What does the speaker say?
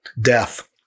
death